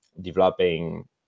developing